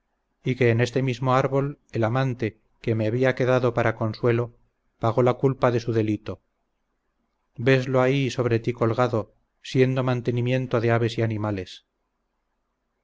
y que en ese mismo árbol el amante que me había quedado para consuelo pagó la culpa de su delito veslo ahí sobre ti colgado siendo mantenimiento de aves y animales